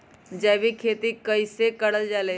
जैविक खेती कई से करल जाले?